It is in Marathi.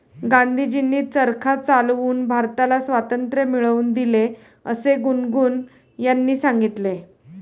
गांधीजींनी चरखा चालवून भारताला स्वातंत्र्य मिळवून दिले असे गुनगुन यांनी सांगितले